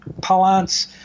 Palance